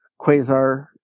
Quasar